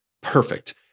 perfect